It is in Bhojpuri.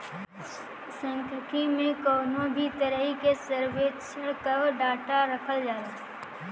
सांख्यिकी में कवनो भी तरही के सर्वेक्षण कअ डाटा रखल जाला